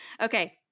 Okay